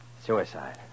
Suicide